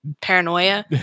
paranoia